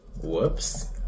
Whoops